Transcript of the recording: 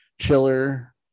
Chiller